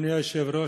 אדוני היושב-ראש,